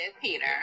Peter